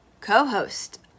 co-host